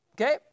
Okay